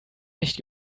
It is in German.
nicht